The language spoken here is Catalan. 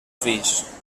fills